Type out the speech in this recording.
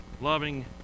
Loving